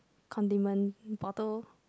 condiment bottle